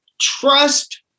trust